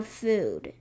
food